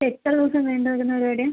എത്ര ദിവസം നീണ്ടു നിൽക്കുന്ന പരിപാടിയാണ്